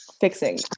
fixing